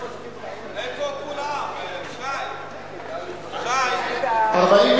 1 3 נתקבלו.